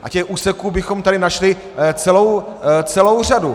A těch úseků bychom tady našli celou řadu.